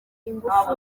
ingufu